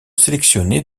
sélectionné